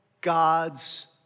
God's